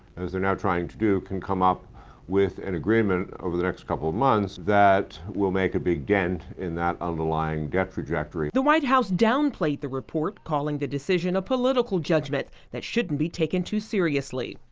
as they're now trying to do, can come up with an agreement over the next couple of months that will make a big dent in that underlying debt trajectory. the white house downplayed the report, calling the decision a political judgment that shouldn't be taken too seriously.